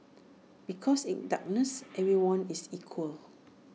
because in darkness everyone is equal